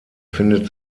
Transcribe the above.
findet